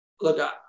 Look